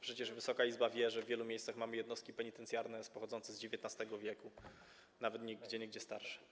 Przecież Wysoka Izba wie, że w wielu miejscach mamy jednostki penitencjarne pochodzące z XIX w., nawet gdzieniegdzie starsze.